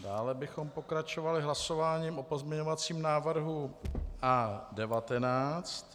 Dále bychom pokračovali hlasováním o pozměňovacím návrhu A19.